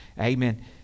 Amen